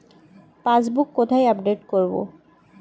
Passbook কোথায় update করব?